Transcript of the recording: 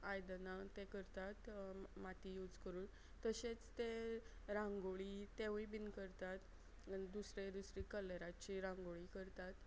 आयदनां ते करतात माती यूज करून तशेंच ते रांगोळी तेवूय बीन करतात आनी दुसरे दुसरे कलराची रांगोळी करतात